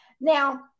Now